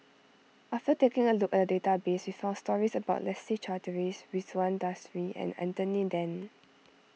after taking a look at the database we found stories about Leslie Charteris Ridzwan Dzafir and Anthony then